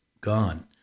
gone